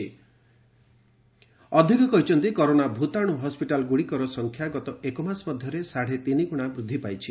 chairman କହିଛନ୍ତି corona ଭୂତାଣୁ ହସ୍କିଟାଲ୍ଗୁଡ଼ିକର ସଂଖ୍ୟା ଗତ ଏକ ମାସ ମଧ୍ୟରେ ସାଡ଼େ ତିନି ଗୁଣା ବୃଦ୍ଧି ପାଇଛି